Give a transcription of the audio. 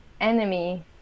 enemy